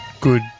good